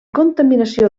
contaminació